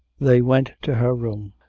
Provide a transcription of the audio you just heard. they went to her room.